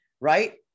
Right